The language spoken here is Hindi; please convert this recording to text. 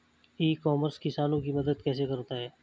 ई कॉमर्स किसानों की मदद कैसे कर सकता है?